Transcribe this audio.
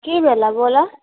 की भेलऽ बोलऽ